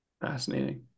fascinating